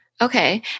Okay